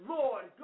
Lord